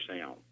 sound